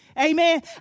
Amen